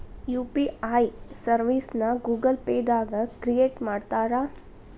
UPI ಸರ್ವಿಸ್ನ Google Pay ದಾಗ create ಮಾಡ್ತಾರಾ